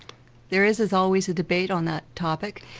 there is as always a debate on that topic.